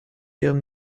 ihrem